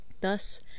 Thus